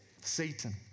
Satan